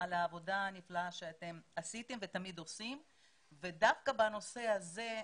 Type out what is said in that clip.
על העבודה הנפלאה שאתם עשיתם ותמיד עושים ודווקא בנושא הזה,